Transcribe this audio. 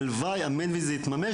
הלוואי, אמן וזה יתממש.